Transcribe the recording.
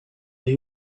that